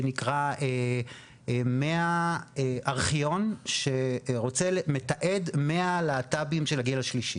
זה בעצם ארכיון שנקרא 100 להט"בים של הגיל השלישי.